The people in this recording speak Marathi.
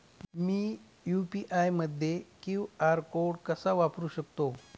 मी यू.पी.आय मध्ये क्यू.आर कोड कसा वापरु शकते?